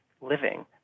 living